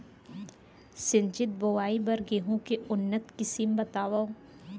सिंचित बोआई बर गेहूँ के उन्नत किसिम बतावव?